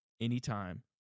anytime